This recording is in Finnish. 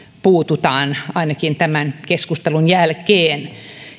puututaan ainakin tämän keskustelun jälkeen